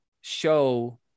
show